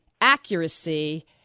accuracy